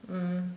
mm